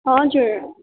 हजुर